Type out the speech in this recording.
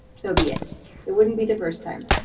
so be it. it wouldn't be the first time.